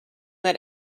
that